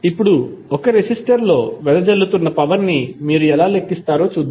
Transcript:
ఇప్పుడు ఒక రెసిస్టర్ లో వెదజల్లుతున్న పవర్ ని మీరు ఎలా లెక్కిస్తారో చూద్దాం